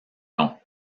longs